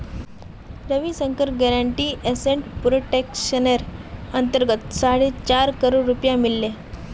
रविशंकरक guaranteed asset प्रोटेक्शनेर अंतर्गत साढ़े चार करोड़ रुपया मिल ले